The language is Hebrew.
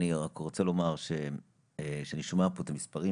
אני רק רוצה לומר שאני שומע פה את המספרים,